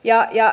jaa ja